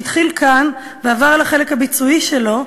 שהתחיל כאן ועבר לחלק הביצועי שלו,